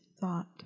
thought